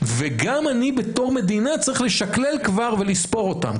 וגם אני בתור מדינה צריך לשקלל כבר ולספור אותם.